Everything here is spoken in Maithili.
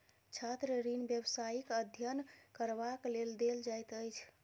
छात्र ऋण व्यवसायिक अध्ययन करबाक लेल देल जाइत अछि